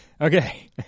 Okay